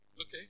Okay